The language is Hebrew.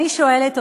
אני שואלת אתכם: